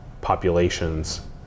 populations